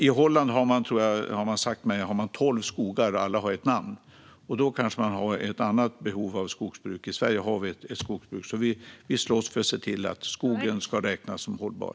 I Holland, har man sagt mig, finns det tolv skogar, och alla har ett namn. Då kanske det finns ett annat behov vad gäller skogsbruk, men i Sverige har vi ett skogsbruk. Vi slåss för att se till att skogen ska räknas som hållbar.